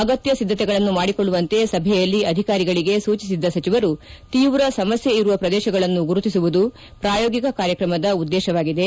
ಅಗತ್ನ ಸಿದ್ದತೆಗಳನ್ನು ಮಾಡಿಕೊಳ್ಳುವಂತೆ ಸಭೆಯಲ್ಲಿ ಅಧಿಕಾರಿಗಳಿಗೆ ಸೂಚಿಸಿದ ಸಚಿವರು ತೀವ್ರ ಸಮಸ್ನೆ ಇರುವ ಪ್ರದೇಶಗಳನ್ನು ಗುರುತಿಸುವುದು ಪ್ರಾಯೋಗಿಕ ಕಾರ್ಯಕ್ರಮದ ಉದ್ದೇಶವಾಗಿದೆ